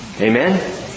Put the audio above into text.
Amen